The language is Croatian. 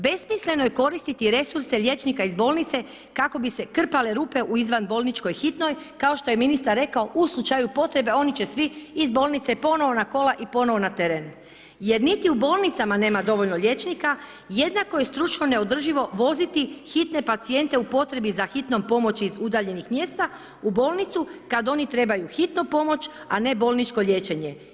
Besmisleno je koristiti resurse liječnika iz bolnice kako bi se krpale rupe u izvanbolničkoj hitnoj, kao što je ministar rekao, u slučaju potrebe oni će svi iz bolnice ponovno na kola i ponovno na teren jer niti u bolnicama nema dovoljno liječnika, jednako je stručno neodrživo voziti hitne pacijente u potrebi za hitnom pomoći iz udaljenih mjesta u bolnicu kad oni trebaju hitnu pomoć a ne bolničko liječenje.